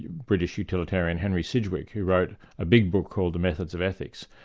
british utilitarian, henry sidgwick, who wrote a big book called the methods of ethics,